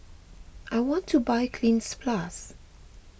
I want to buy Cleanz Plus